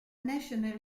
national